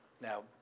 Now